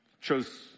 chose